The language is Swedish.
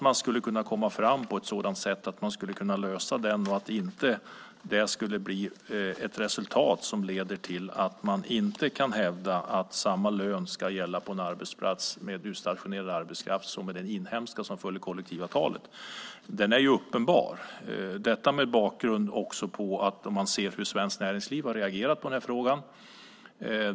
Risken för att man inte skulle kunna lösa detta så att resultatet blir att samma lön ska gälla på en arbetsplats med utstationerad arbetskraft som på en arbetsplats med inhemsk arbetskraft som följer kollektivavtalet är uppenbar. Man kan se hur Svenskt Näringsliv har reagerat på frågan.